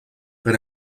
per